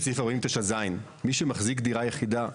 מי שמחזיק דירה יחידה,